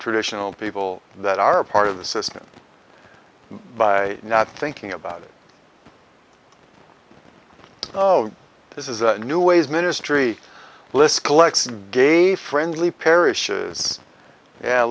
traditional people that are part of the system by not thinking about it oh this is a new ways ministry lisc lex gay friendly parishes yeah